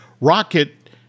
Rocket